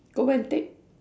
go where and take